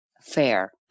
Fair